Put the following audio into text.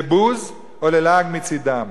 לבוז או ללעג מצדם,